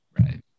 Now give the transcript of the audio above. Right